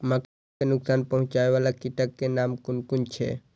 मके के नुकसान पहुँचावे वाला कीटक नाम कुन कुन छै?